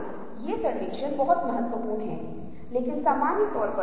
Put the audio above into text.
क्या यह कहना संभव नहीं है कि वास्तव में यह एक पैटर्न है ये वृत्त नहीं हैं